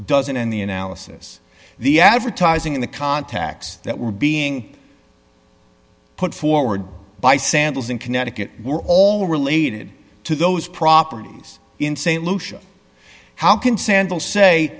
doesn't in the analysis the advertising in the contacts that were being put forward by sandals in connecticut were all related to those properties in st lucia how can sandal say